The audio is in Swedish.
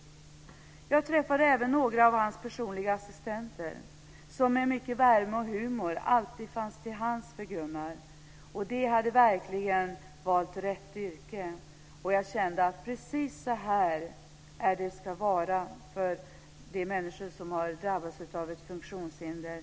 Jag träffade även några av hans personliga assistenter, som med mycket värme och humor alltid fanns till hands för Gunnar. De hade verkligen valt rätt yrke, och jag kände att precis så här ska det vara för de människor som har drabbats av ett funktionshinder.